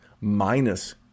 minus